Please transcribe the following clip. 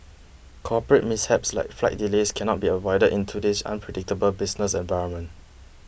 corporate mishaps like flight delays cannot be avoided in today's unpredictable business environment